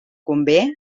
convé